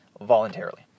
voluntarily